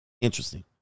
interesting